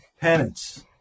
Penance